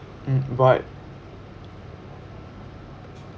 mm but